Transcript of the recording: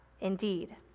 indeed